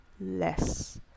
less